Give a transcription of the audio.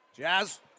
Jazz